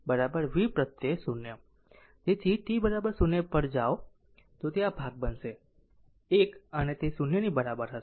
તેથી t 0 પર જો લખો તો તે આ ભાગ બનશે 1 અને તે એ 0 ની બરાબર હશે